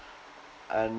and